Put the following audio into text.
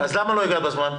אז למה לא הגעת בזמן?